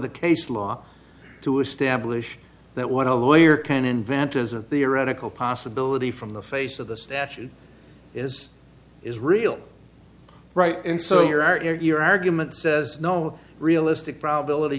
the case law to establish that want to lawyer can invent as a theoretical possibility from the face of the statute is is real right and so your are your argument says no realistic probability